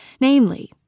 Namely